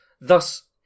thus